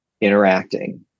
interacting